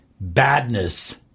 badness